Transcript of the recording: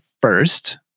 first